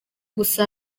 gusa